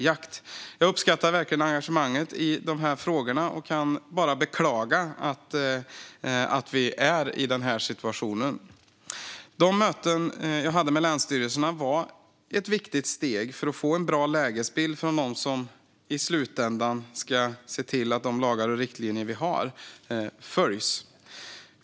Jag uppskattar engagemanget i dessa frågor och kan bara beklaga att vi är i denna situation. De möten jag hade med länsstyrelserna var ett viktigt steg för att få en bra lägesbild från dem som i slutändan ska se till att lagar och riktlinjer följs.